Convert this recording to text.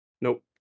Nope